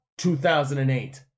2008